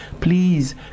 please